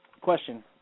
question